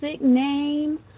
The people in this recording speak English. name